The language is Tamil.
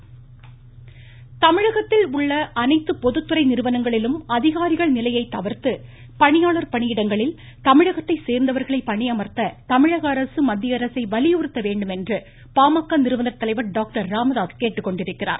ராமதாஸ் தமிழகத்தில் உள்ள அனைத்து பொதுத்துறை நிறுவனங்களிலும் அதிகாரிகள் நிலையை தவிர்த்து பணியாளர் பணியிடங்களில் தமிழகத்தை சேர்ந்தவர்களை பணியமர்த்த தமிழகஅரசு மத்தியஅரசை வலியுறுத்த வேண்டும் என்று பாமக நிறுவனர் தலைவர் டாக்டர் ராமதாஸ் கேட்டுக்கொண்டுள்ளார்